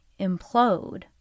implode